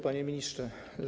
Panie Ministrze!